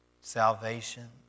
salvation